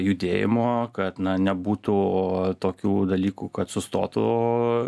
judėjimo kad na nebūtų tokių dalykų kad sustotų